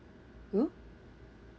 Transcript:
who